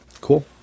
Cool